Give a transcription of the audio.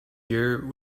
year